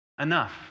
enough